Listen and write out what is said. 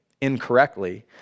incorrectly